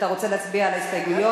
אתה רוצה להצביע על ההסתייגויות?